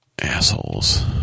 Assholes